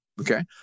okay